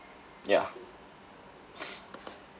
ya